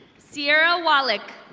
sierra walick.